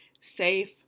safe